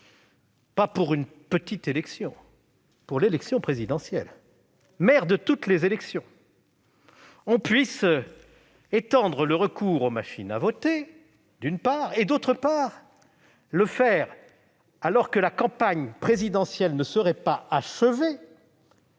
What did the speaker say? pas pour une petite élection, mais pour l'élection présidentielle, mère de toutes les élections, on puisse, d'une part, étendre le recours aux machines à voter et, d'autre part, le faire alors que la campagne présidentielle ne serait pas achevée,